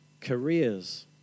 careers